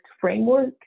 framework